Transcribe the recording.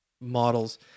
models